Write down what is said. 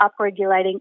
upregulating